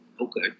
okay